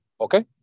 okay